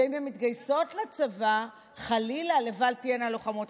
ואם הן מתגייסות לצבא, חלילה, לבל תהיינה לוחמות?